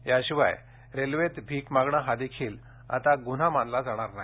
याशिवाय रेल्वेत भीक मागणे हा देखील आता गुन्हा मानला जाणार नाही